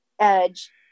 edge